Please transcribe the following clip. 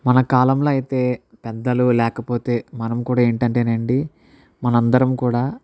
మన కాలంలో అయితే పెద్దలు లేకపోతే మనం కూడా ఏంటి అంటే అండి మనము అందరం కూడా